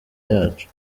yacu